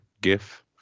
gif